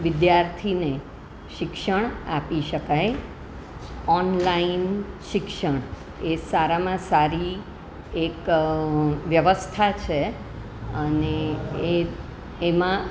વિદ્યાર્થીને શિક્ષણ આપી શકાય ઓનલાઇન શિક્ષણ એ સારામાં સારી એક વ્યવસ્થા છે અને એ એમાં